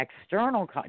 external